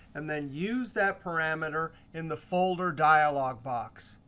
and then use that parameter in the folder dialog box.